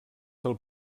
del